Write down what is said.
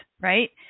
Right